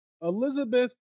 Elizabeth